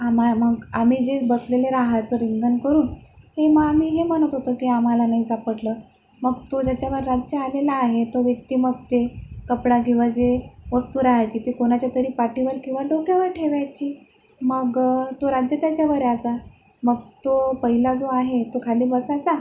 आम्ही मग आम्ही जी बसलेले रहायचो रिंगण करून ते मग आम्ही हे म्हणत होतो की आम्हाला नाही सापडलं मग तो ज्याच्यावर राज्य आलेलं आहे तो व्यक्ती मग ते कपडा किंवा जे वस्तू रहायची ती कोणाच्यातरी पाठीवर किंवा डोक्यावर ठेवायची मग तो राज्य त्याच्यावर यायचा मग तो पहिला जो आहे तो खाली बसायचा